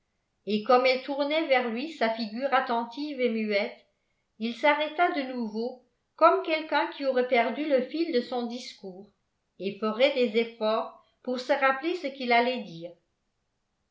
et comme elle tournait vers lui sa figure attentive et muette il s'arrêta de nouveau comme quelqu'un qui aurait perdu le fil de son discours et ferait des efforts pour se rappeler ce qu'il allait dire